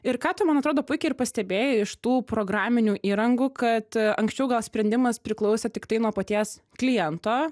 ir ką tu man atrodo puikiai ir pastebėjai iš tų programinių įrangų kad anksčiau gal sprendimas priklausė tiktai nuo paties kliento